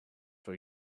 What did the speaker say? for